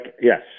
yes